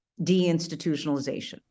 deinstitutionalization